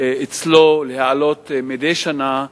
אצלו להעלות מדי שנה,